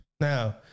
Now